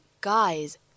guys